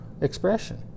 expression